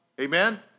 Amen